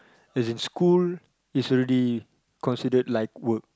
as in school is already considered like work